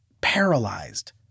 paralyzed